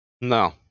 No